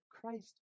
Christ